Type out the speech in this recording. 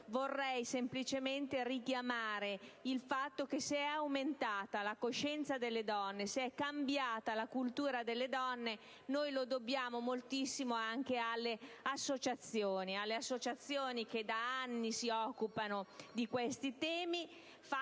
vorrei semplicemente richiamare il fatto che, se è aumentata la coscienza delle donne e se è cambiata la cultura delle donne, lo dobbiamo moltissimo anche alle associazioni che da anni si occupano di questi temi,